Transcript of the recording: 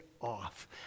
off